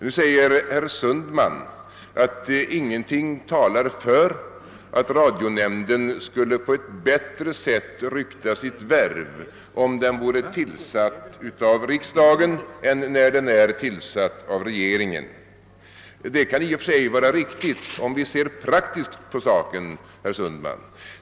Nu säger herr Sundman att ingenting talar för att radionämnden bättre skulle rykta sitt värv om den vore tillsatt av riksdagen än när den är tillsatt av regeringen. Det kan vara riktigt, om vi ser praktiskt på saken, herr Sundman.